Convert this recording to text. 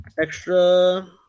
extra